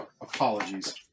apologies